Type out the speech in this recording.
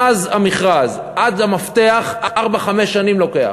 מאז המכרז עד למפתח, ארבע, חמש שנים לוקח.